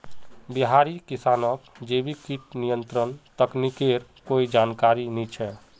बिहारी किसानक जैविक कीट नियंत्रण तकनीकेर कोई जानकारी नइ छ